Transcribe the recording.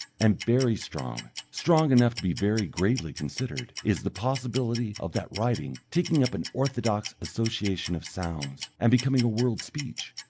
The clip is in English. and very strong strong enough to be very gravely considered is the possibility of that writing taking up an orthodox association of sounds, and becoming a world speech.